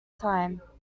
time